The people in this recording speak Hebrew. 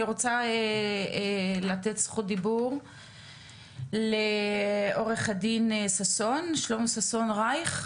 אני רוצה לתת זכות דיבור לעו"ד שלמה ששון רייך.